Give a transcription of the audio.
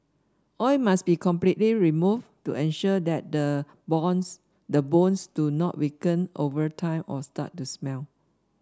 oil must be completely removed to ensure that the bones the bones do not weaken over time or start to smell